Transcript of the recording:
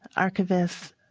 archivists,